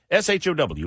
SHOW